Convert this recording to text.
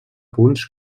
punts